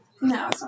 No